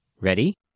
Ready